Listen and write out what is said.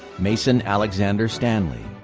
mason alexander stanley,